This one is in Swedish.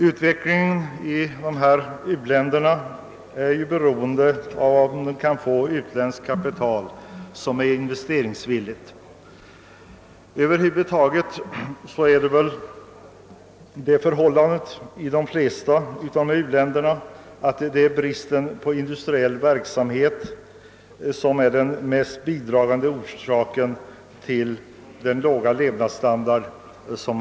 Utvecklingen i u-länderna är ju beroende av att de kan få investeringsvilligt utländskt kapital. Över huvud taget är det väl i dessa u-länder bristen på industriell verksamhet som är den mest bidragande orsaken till den låga levnadsstandarden.